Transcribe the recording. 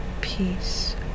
peace